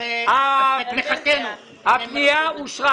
הפנייה אושרה.